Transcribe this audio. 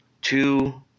two